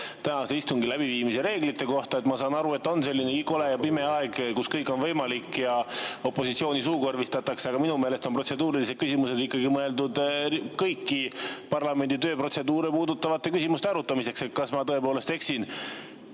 tänase istungi läbiviimise reeglite kohta. Ma saan aru, et on selline kole ja pime aeg, kus kõik on võimalik ja opositsiooni suukorvistatakse, aga minu meelest on protseduurilised küsimused ikkagi mõeldud kõiki parlamendi tööprotseduure puudutavate küsimuste arutamiseks. Kas ma tõepoolest eksin?